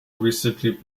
recently